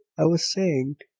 i was saying,